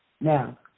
Now